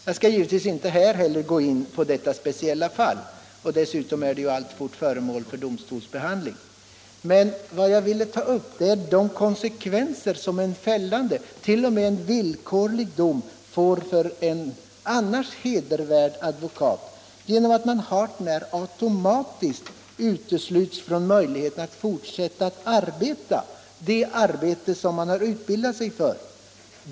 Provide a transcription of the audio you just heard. Jag skall här givetvis inte gå in på detta speciella fall, i synnerhet som det fortfarande är föremål för domstolsbehandling. Men vad jag vill ta upp är de konsekvenser som en fällande och t.o.m. en villkorlig dom får för en annars hedervärd advokat genom att man hart när automatiskt utesluts från möjligheten att fortsätta att arbeta i det yrke som man utbildat sig för.